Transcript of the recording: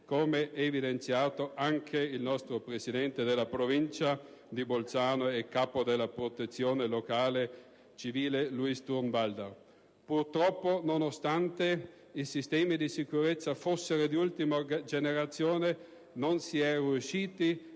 come evidenziato anche dal nostro presidente della Provincia di Bolzano e capo della Protezione civile locale Luis Durnwalder. Purtroppo, nonostante i sistemi di sicurezza fossero di ultima generazione, non si è riusciti